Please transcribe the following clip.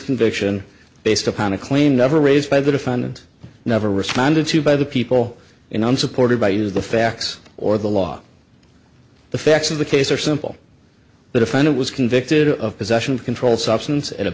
conviction based upon a claim never raised by the defendant never responded to by the people in unsupported by you the facts or the law the facts of the case are simple the defendant was convicted of possession of controlled substance